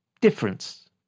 Difference